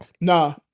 Nah